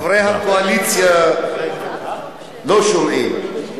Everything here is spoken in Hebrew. חברי הקואליציה לא שומעים.